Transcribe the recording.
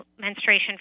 menstruation